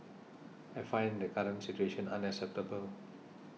I find the current situation unacceptable